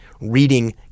reading